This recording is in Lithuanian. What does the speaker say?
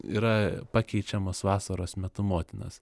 yra pakeičiamas vasaros metu motinos